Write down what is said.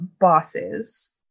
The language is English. bosses